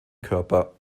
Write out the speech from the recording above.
körper